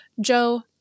Joe